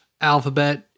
alphabet